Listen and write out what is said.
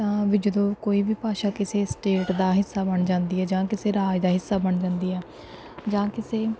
ਤਾਂ ਵੀ ਜਦੋਂ ਕੋਈ ਵੀ ਭਾਸ਼ਾ ਕਿਸੇ ਸਟੇਟ ਦਾ ਹਿੱਸਾ ਬਣ ਜਾਂਦੀ ਹੈ ਜਾਂ ਕਿਸੇ ਰਾਜ ਦਾ ਹਿੱਸਾ ਬਣ ਜਾਂਦੀ ਆ ਜਾਂ ਕਿਸੇ